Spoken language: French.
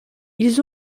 ils